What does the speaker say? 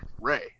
Ray